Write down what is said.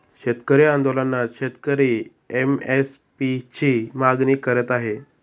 शेतकरी आंदोलनात शेतकरी एम.एस.पी ची मागणी करत आहे